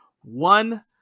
One